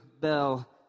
Bell